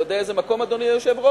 אתה יודע איזה מקום, אדוני היושב-ראש?